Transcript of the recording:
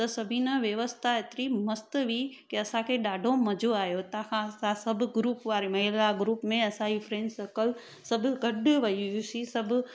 त सभी न व्यवस्था एतिरी मस्तु हुई की असांखे ॾाढो मज़ो आहियो हितां खां सभु ग्रुप वारे में ग्रुप में असांजी फैंड्स सर्कल सभु गॾु वियूसीं सभु